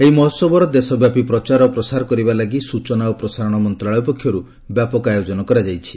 ଏହି ମହୋତ୍ସବ ଦେଶବ୍ୟାପୀ ପ୍ରଚାର ଓ ପ୍ରସାର କରିବା ଲାଗି ସୂଚନା ଓ ପ୍ରସାରଣ ମନ୍ତ୍ରଶାଳୟ ପକ୍ଷରୁ ବ୍ୟାପକ ଆୟୋଜନ କରାଯାଇଛି